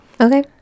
Okay